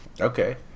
Okay